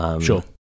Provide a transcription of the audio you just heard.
Sure